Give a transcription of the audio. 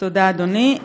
תודה, אדוני.